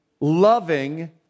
loving